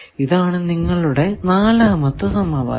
ഇതാണ് നിങ്ങളുടെ നാലാമത്തെ സമവാക്യം